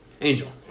Angel